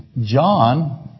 John